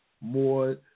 more